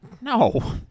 No